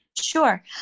Sure